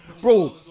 Bro